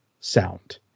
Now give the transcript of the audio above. sound